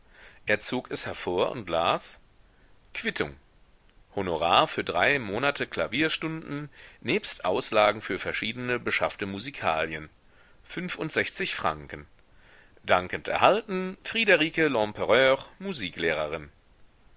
er zog es hervor und las quittung honorar für drei monate klavierstunden nebst auslagen für verschiedene beschaffte musikalien franken dankend erhalten friederike lempereur musiklehrerin